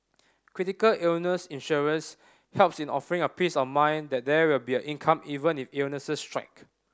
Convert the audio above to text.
critical illness insurance helps in offering a peace of mind that there will be income even if illnesses strike